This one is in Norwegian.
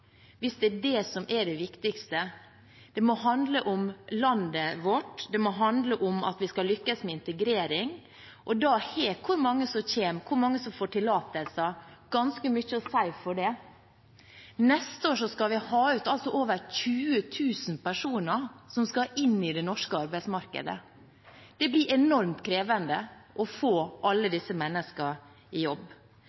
hvis asylpolitikken skal handle om undertegnede, hvis det er det som er det viktigste. Det må handle om landet vårt. Det må handle om at vi skal lykkes med integrering, og da har hvor mange som kommer, hvor mange som får tillatelse, ganske mye å si. Neste år skal vi ha over 20 000 personer inn i det norske arbeidsmarkedet. Det blir enormt krevende å få alle